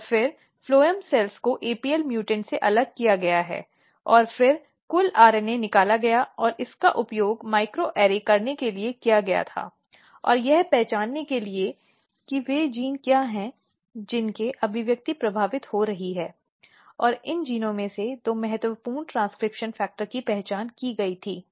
और फिर फ्लोएम कोशिकाओं को apl म्यूटेंट से अलग किया गया है और फिर कुल RNA निकाला गया और इसका उपयोग माइक्रोएरे करने के लिए किया गया था और यह पहचानने के लिए कि वे जीन क्या हैं जिनके अभिव्यक्ति प्रभावित हो रहे हैं और इन जीनों में से दो महत्वपूर्ण ट्रांसक्रिप्शन फैक्टर की पहचान की गई थी